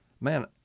Man